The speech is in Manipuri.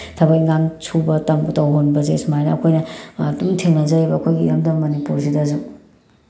ꯊꯕꯛ ꯏꯪꯈꯥꯡ ꯁꯨꯕ ꯇꯧꯍꯟꯕꯁꯦ ꯁꯨꯃꯥꯏꯅ ꯑꯩꯈꯣꯏꯅ ꯑꯗꯨꯝ ꯊꯦꯡꯅꯖꯔꯦꯕ ꯑꯩꯈꯣꯏꯒꯤ ꯏꯔꯝꯗꯝ ꯃꯅꯤꯄꯨꯔꯁꯤꯗꯁꯨ